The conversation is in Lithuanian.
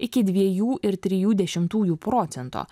iki dviejų ir trijų dešimtųjų procento